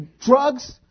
drugs